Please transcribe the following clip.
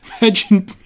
imagine